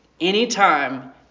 Anytime